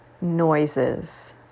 noises